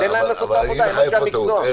תן להם לעשות את העבודה, הם אנשי המקצוע.